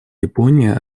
япония